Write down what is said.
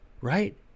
Right